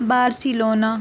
Barcelona